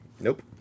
Nope